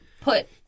put